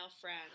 friend